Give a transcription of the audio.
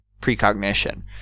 precognition